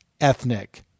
ethnic